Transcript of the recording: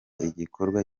igikorwa